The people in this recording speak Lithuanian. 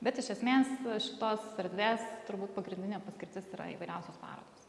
bet iš esmės šitos erdvės turbūt pagrindinė paskirtis yra įvairiausios parodos